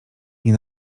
nie